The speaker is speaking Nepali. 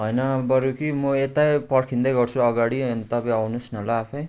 होइन बरू कि म यतै पर्खिँदै गर्छु अगाडि अनि तपाईँ आउनुहोस् न ल आफै